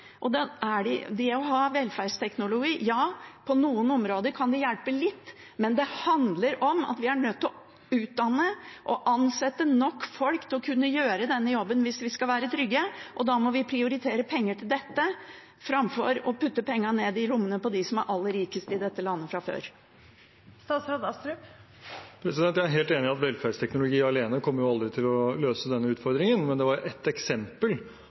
Velferdsteknologi kan hjelpe litt på noen områder, men vi er nødt til å utdanne og ansette nok folk til å kunne gjøre denne jobben hvis vi skal være trygge. Da må vi prioritere penger til dette framfor å putte pengene ned i lommene til dem som fra før er aller rikest i dette landet. Jeg er helt enig i at velferdsteknologi alene aldri kommer til å løse denne utfordringen, men det var ett eksempel